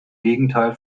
gegenteil